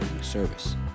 service